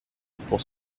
pour